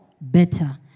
better